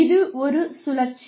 இது ஒரு சுழற்சி